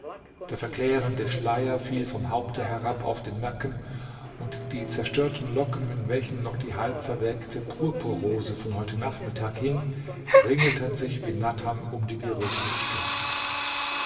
der verklärende schleier fiel vom haupte herab auf den nacken und die zerstörten locken in welchen noch die halbverwelkte purpurrose von heute nachmittag hing ringelten sich wie nattern um die gerötete stirn